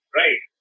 right